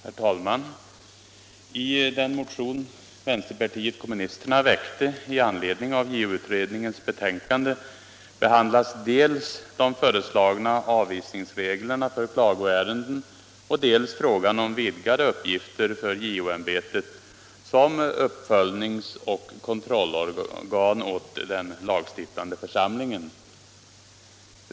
Herr talman! I den motion vänsterpartiet kommunisterna väckte i anledning av JO-utredningens betänkande behandlas dels de föreslagna avvisningsreglerna för klagoärenden, dels frågan om vidgade uppgifter för JO-ämbetet som uppföljningsoch kontrollorgan åt den lagstiftande församlingen.